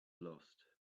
lost